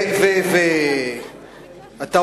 ואתה